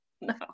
No